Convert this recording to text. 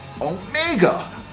Omega